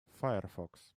firefox